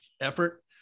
effort